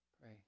Pray